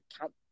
count